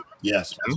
Yes